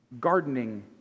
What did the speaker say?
gardening